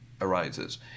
arises